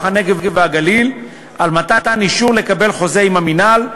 הנגב והגליל על מתן אישור לקבל חוזה עם המינהל,